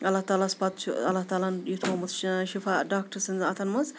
اللہ تعالٰی ہَس پَتہٕ چھُ اللہ تعالٰی ہَن یہِ تھوٚمُت شِفاع ڈاکٹر سٕنٛزَن اَتھَن منٛز